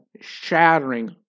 shattering